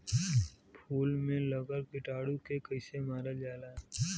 फूल में लगल कीटाणु के कैसे मारल जाला?